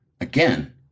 Again